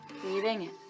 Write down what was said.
Breathing